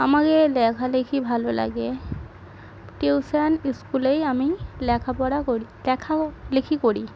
আমাকে লেখালেখি ভালো লাগে টিউশান স্কুলেই আমি লেখাপড়া করি লেখালিখি করি